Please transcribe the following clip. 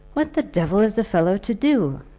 what the devil is a fellow to do?